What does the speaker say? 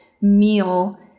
meal